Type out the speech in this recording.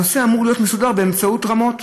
הנושא אמור להיות מוסדר באמצעות רמו"ט,